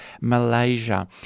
Malaysia